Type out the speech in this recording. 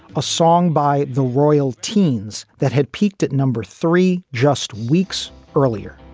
a song by the royal teens that had peaked at number three just weeks earlier